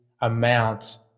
Amount